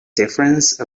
difference